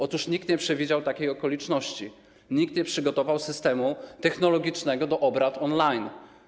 Otóż nikt nie przewidział takiej okoliczności, nikt nie przygotował systemu technologicznego do obrad on-line.